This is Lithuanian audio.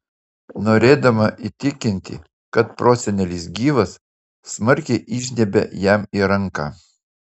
norėdama įtikinti kad prosenelis gyvas smarkiai įžnybia jam į ranką